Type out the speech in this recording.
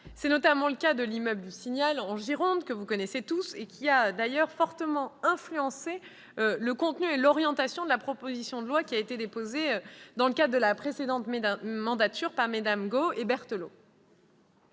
C'est notamment le cas de l'immeuble Le Signal en Gironde- vous le connaissez tous-, qui a d'ailleurs fortement influencé le contenu et l'orientation de la proposition de loi déposée dans le cadre de la précédente législature par Mmes Got et Berthelot.